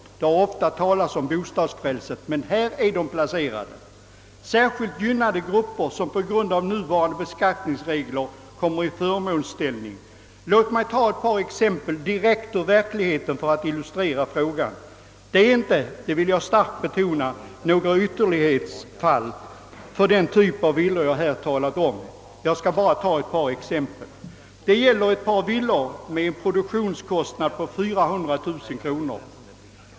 Det har ju ofta talats om detta frälse, och här finns det: särskilt gynnade grupper som på grund av nuvarande beskattningsregler kommer i förmånsställning. Låt mig anföra ett par exempel. De är hämtade direkt ur verkligheten och inte — det vill jag starkt betona — några ytterlighetsfall. Det gäller ett par villor med en produktionskostnad på 400000 kronor.